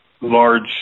large